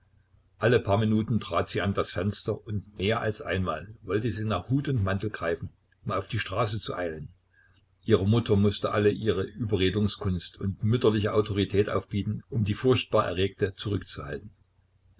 alle paar minuten trat sie an das fenster und mehr als einmal wollte sie nach hut und mantel greifen um auf die straße zu eilen ihre mutter mußte all ihre überredungskunst und mütterliche autorität aufbieten um die furchtbar erregte zurückzuhalten